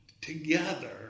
together